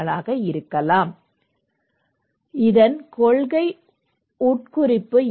இதன் கொள்கை உட்குறிப்பு என்ன